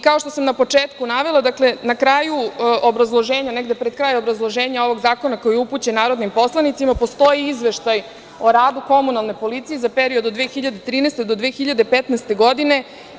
Kao što sam na početku navela, dakle, negde pred kraj obrazloženja ovog zakona koji je upućen narodnim poslanicima, postoji Izveštaj o radu Komunalne policije za period od 2013. do 2015. godine.